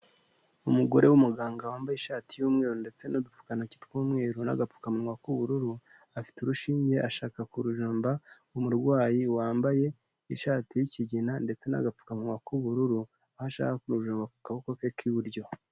Umugore w'umuganga wambaye ishati y'umweru ndetse n'udupfukantoki tw'umweru n'agapfukamunwa k'ubururu, afite urushinge ashaka kurujomba umurwayi wambaye ishati y'ikigina ndetse n'agapfukamuwa k'ubururu, aho ashaka kurujomba ku kaboko ke k'iburyo.